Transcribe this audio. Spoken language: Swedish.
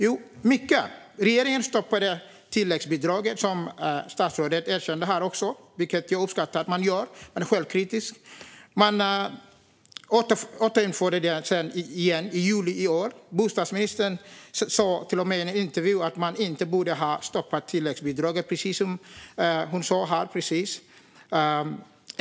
Jo, mycket. Regeringen stoppade först tilläggsbidraget för att sedan återinföra det i juli i år. Jag uppskattar att bostadsministern är självkritisk här. Hon sa till och med i en intervju att man inte borde ha stoppat tilläggsbidraget.